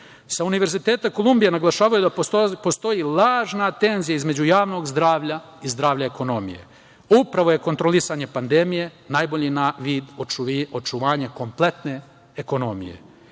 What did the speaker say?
Univerziteta „Kolumbija“ naglašavaju da postoji lažna tenzija između javnog zdravlja i zdravlja ekonomije. Upravo je kontrolisanje pandemije najbolji vid očuvanja kompletne ekonomije.